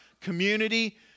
community